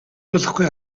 болохгүй